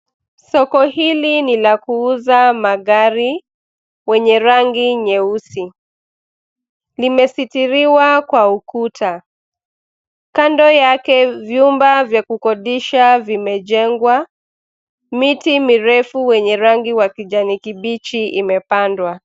Soko hili ni la kuuza magari wenye rangi nyeusi. Limesitiriwa kwa ukuta. Kando yake vyumba vya kukodisha vimejengwa. Miti mirefu wenye rangi wa kijani kibichi imepandwa.